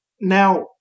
Now